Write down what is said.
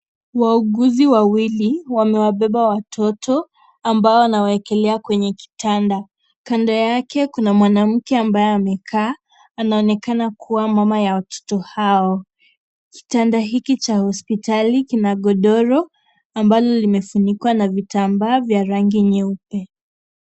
Wauguzi wawili wamewabeba watoto ambao ambayo wanawaekelea kwenye kitanda, kando yake kuna mwanamke ambaye amekaa, anaonekana kuwa mama ya watoto hao, kitanda hiki cha hospitali kina godoro, ambalo limefunikwa na vitambaa vya rangi nyeupe.